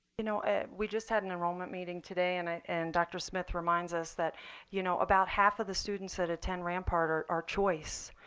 you know ah we just had an enrollment meeting today, and and dr. smith reminds us that you know about half of the students that attend rampart are are choice.